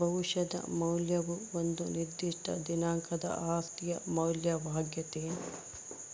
ಭವಿಷ್ಯದ ಮೌಲ್ಯವು ಒಂದು ನಿರ್ದಿಷ್ಟ ದಿನಾಂಕದ ಆಸ್ತಿಯ ಮೌಲ್ಯವಾಗ್ಯತೆ